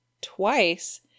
twice